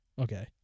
Okay